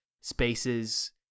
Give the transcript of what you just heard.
spaces